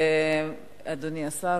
אדוני השר,